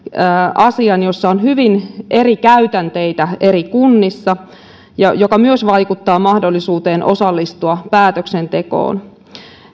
asian jossa on hyvin eri käytänteitä eri kunnissa mikä myös vaikuttaa mahdollisuuteen osallistua päätöksentekoon